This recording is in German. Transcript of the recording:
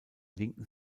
linken